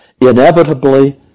inevitably